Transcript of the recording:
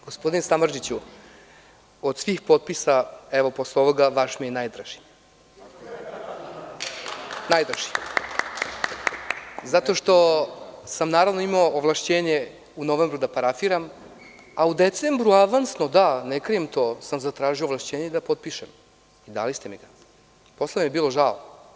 Gospodine Samardžiću, od svih potpisa posle ovoga, vaš mi je najdraži, zato što sam imao, naravno, ovlašćenje u novembru mesecu da parafiram, a u decembru avansno, da, ne krijem to, sam zatražio ovlašćenje da potpišem, dali ste mi ga, a posle vam je bilo žao.